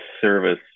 service